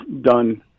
done